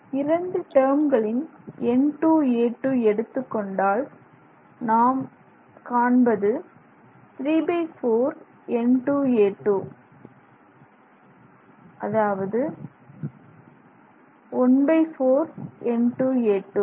இரண்டு டெர்ம்களின் n2a2 எடுத்துக்கொண்டால் நாம் காண்பது 34 n2a2 that is14 n2a2